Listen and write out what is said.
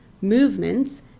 movements